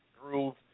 groove